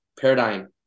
paradigm